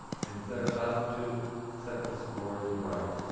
and set about to set the scores right.